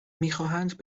میخواهند